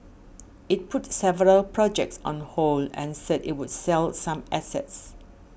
it put several projects on hold and said it would sell some assets